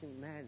Man